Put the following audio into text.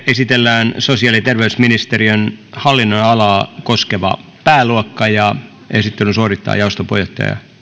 esitellään sosiaali ja terveysministeriön hallinnonalaa koskeva pääluokka kolmannenkymmenennenkolmannen esittelyn suorittaa jaoston puheenjohtaja